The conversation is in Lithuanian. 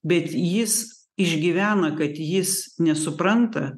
bet jis išgyvena kad jis nesupranta